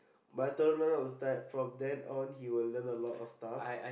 my tolerant will start from then on he will learn a lot of stuffs